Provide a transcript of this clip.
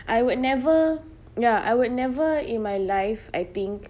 I would never ya I would never in my life I think